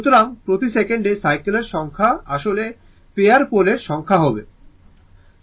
সুতরাং প্রতি সেকেন্ডে সাইকেলের সংখ্যা আসলে পেয়ার পোলের সংখ্যা হবে